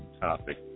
topic